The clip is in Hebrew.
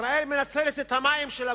ישראל מנצלת את המים של הגולן,